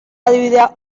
adibidea